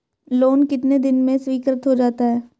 Loan कितने दिन में स्वीकृत हो जाता है?